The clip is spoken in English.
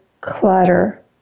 Clutter